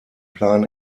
plan